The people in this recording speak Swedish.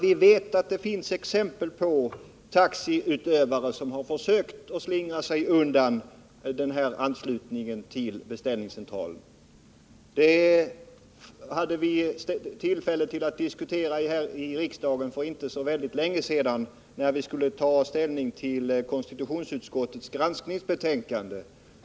Vi vet att det finns exempel på taxiägare som har försökt att slingra sig undan anslutningen till beställningscentral. Vi hade ett sådant fall uppe till debatt här i riksdagen för inte så länge sedan, när vi skulle ta ställning till konstitutionsutskottets granskningsbetänkande.